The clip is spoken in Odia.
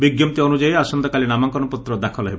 ବିଙ୍କପ୍ତି ଅନୁଯାୟୀ ଆସନ୍ତାକାଲି ନାମାଙ୍କନପତ୍ର ଦାଖଲ ହେବ